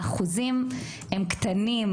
האחוזים הם קטנים,